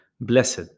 blessed